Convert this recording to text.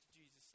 Jesus